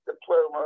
diploma